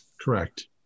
Correct